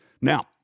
Now